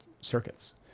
circuits